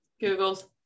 Google's